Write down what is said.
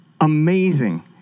amazing